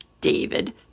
David